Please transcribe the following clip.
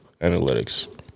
analytics